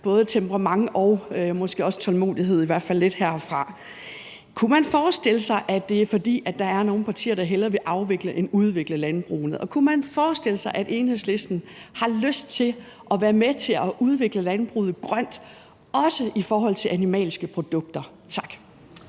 både temperament og måske også tålmodighed, i hvert fald lidt herfra. Kunne man forestille sig, at det er, fordi der er nogle partier, der hellere vil afvikle end udvikle landbrugene, og kunne man forestille sig, at Enhedslisten har lyst til at være med til at udvikle landbruget og gøre det grønt, også i forhold til animalske produkter? Tak.